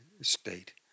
state